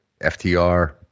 FTR